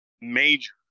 major